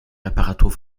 reparatur